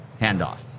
handoff